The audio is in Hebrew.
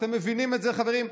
אתם מבינים את זה, חברים?